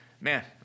man